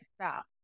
stop